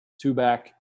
two-back